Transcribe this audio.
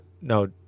No